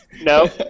No